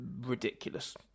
ridiculous